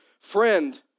friend